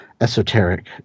esoteric